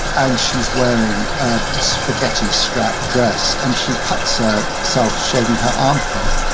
and she's wearing a spaghetti strap dress and she cuts ah south shaving her armpit.